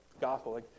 gospel